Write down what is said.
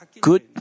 good